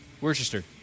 Worcester